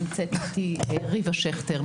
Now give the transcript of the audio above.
ונמצאת כאן גם פרידה שכטר,